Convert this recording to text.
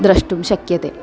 द्रष्टुं शक्यते